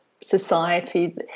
society